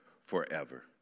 forever